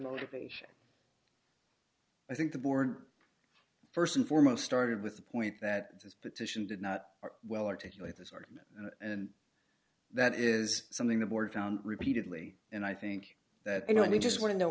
motivation i think the board st and foremost started with the point that this petition did not well articulate this argument and that is something the board found repeatedly and i think that you know i mean just want to know